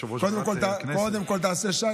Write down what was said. קודם כול תעשה שיט,